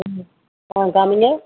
ம் ஆ காமிங்க